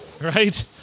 Right